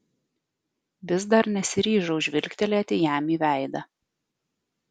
vis dar nesiryžau žvilgtelėti jam į veidą